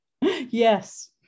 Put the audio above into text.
Yes